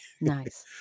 Nice